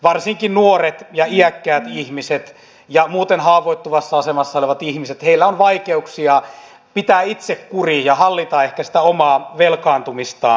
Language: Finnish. varsinkin nuorilla ja iäkkäillä ihmisillä ja muuten haavoittuvassa asemassa olevilla ihmisillä on vaikeuksia pitää itsekuri ja hallita ehkä sitä omaa velkaantumistaan